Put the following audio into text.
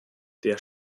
der